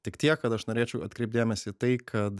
tik tiek kad aš norėčiau atkreipt dėmesį į tai kad